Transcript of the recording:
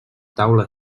taula